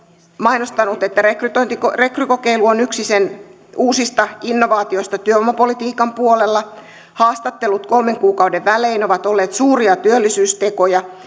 mainostanut että rekrykokeilu on yksi sen uusista innovaatioista työvoimapolitiikan puolella haastattelut kolmen kuukauden välein ovat olleet suuria työllisyystekoja